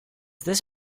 this